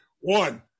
one